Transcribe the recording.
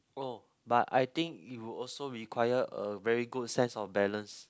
oh but I think you also require a very good sense of balance